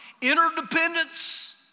interdependence